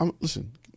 listen